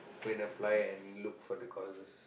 go and apply and look for the courses